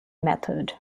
method